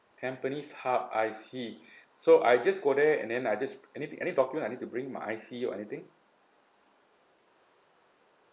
tampines hub I see so I just go there and then I just anything any document I need to bring my I_C or anything